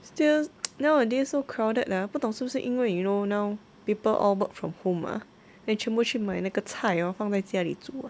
still nowadays so crowded ah 不懂是不是因为 you know now people all work from home mah then 全部去买那个菜 hor 放在家里煮